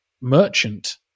merchant